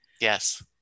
Yes